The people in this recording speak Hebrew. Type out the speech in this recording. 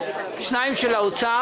שתיים של משרד האוצר,